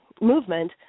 movement